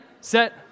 set